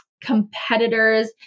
competitors